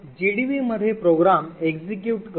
तर जीडीबी मध्ये program execute करू